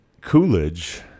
Coolidge